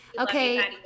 Okay